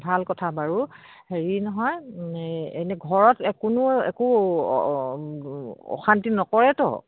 ভাল কথা বাৰু হেৰি নহয় এনেই ঘৰত একো কোনো একো অশান্তি নকৰেতো